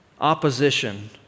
opposition